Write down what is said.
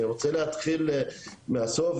אני רוצה להתחיל מהסוף,